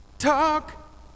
Talk